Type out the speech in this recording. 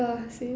ah same